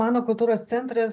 mano kultūros centras